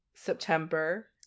September